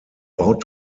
baut